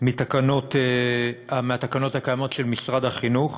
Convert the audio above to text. מהתקנות הקיימות של משרד החינוך,